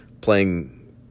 playing